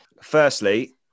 Firstly